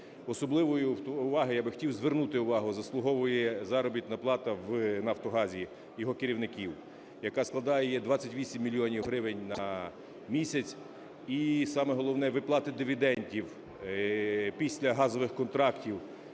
Особливої уваги, я би хотів звернути увагу, заслуговує заробітна плата в "Нафтогазі", його керівників, яка складає 28 мільйонів гривень на місяць, і саме головне - виплати дивідендів після газових контрактів,